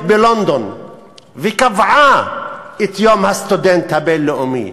בלונדון וקבעה את יום הסטודנט הבין-לאומי,